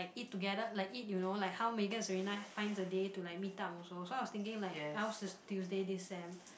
like eat together like eat you know like how Megan Serena finds a day to like meet up also so I was thinking like ours is Tuesday this sem